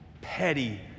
petty